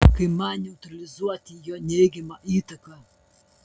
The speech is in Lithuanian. kaip man neutralizuoti jo neigiamą įtaką